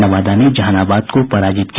नवादा ने जहानाबाद को पराजित किया